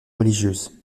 religieuse